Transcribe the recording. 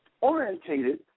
orientated